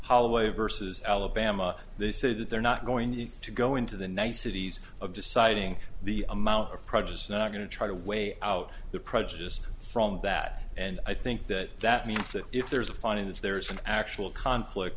holloway versus alabama they say that they're not going to go into the niceties of deciding the amount of prejudice not going to try to weigh out the prejudice from that and i think that that means that if there is a fine and if there is an actual conflict